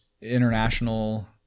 international